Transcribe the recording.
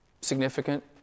significant